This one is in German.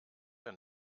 der